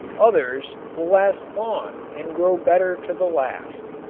others will last long and grow better to the last.